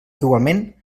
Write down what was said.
igualment